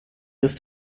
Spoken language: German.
ist